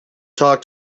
talk